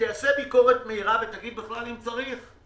שתיעשה ביקורת מהירה שתגיד בכלל אם צריך עובדים זרים.